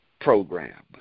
program